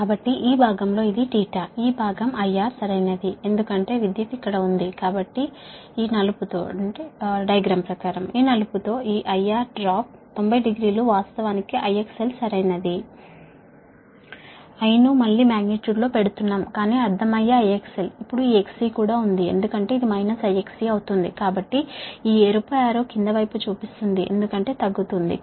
కాబట్టి ఈ ఎరుపు arrow కింద వైపు చూపిస్తుంది ఎందుకంటే తగ్గుతుంది